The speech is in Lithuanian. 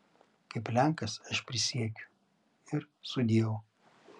kaip lenkas aš prisiekiu ir sudieu